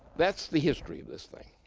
that's the history of this thing.